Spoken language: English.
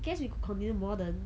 guess we could continue modern